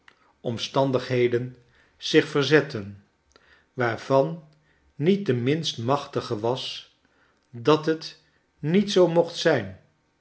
omstandigheden zich verzetten waaxvan niet de minst machtige was dat het niet zoo mocht zijn